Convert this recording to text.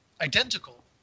identical